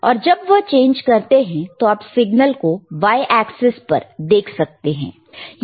और जब वह चेंज करते हैं तो आप सिग्नल को y एक्सेस पर देख सकते हैं